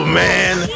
man